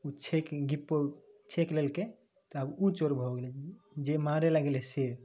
ऊ छेक डिप्पो छेक लेलकै तब ऊ चोर भऽ गेलै जे मारे ला गेलै से